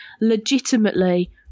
legitimately